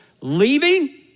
leaving